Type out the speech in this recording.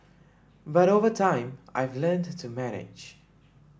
but over time I've learnt to manage